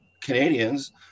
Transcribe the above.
Canadians